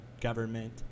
government